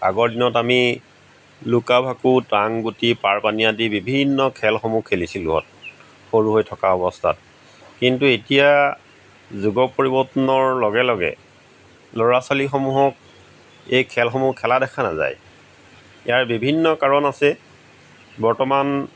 আগৰ দিনত আমি লুকা ভাকু টাংগুটি পাৰপানী আদি বিভিন্ন খেলসমূহ খেলিছিলো সৰু হৈ থকা অৱস্থাত কিন্তু এতিয়া যুগৰ পৰিৱৰ্তনৰ লগে লগে ল'ৰা ছোৱালীসমূহক এই খেলসমূহ খেলা দেখা নাযায় ইয়াৰ বিভিন্ন কাৰণ আছে বৰ্তমান